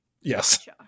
yes